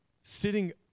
sitting